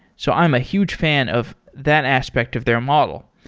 so i'm a huge fan of that aspect of their model.